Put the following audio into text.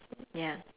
ya